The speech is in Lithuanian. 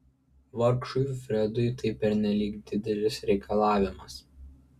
vargšui fredui tai pernelyg didelis reikalavimas